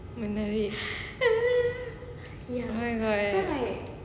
menarik oh god